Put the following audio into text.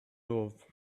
love